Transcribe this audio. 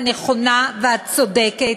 הנכונה והצודקת,